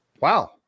Wow